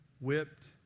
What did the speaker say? whipped